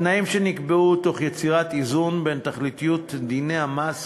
התנאים נקבעו תוך יצירת איזון בין תכליות דיני המס